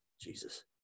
Jesus